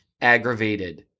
aggravated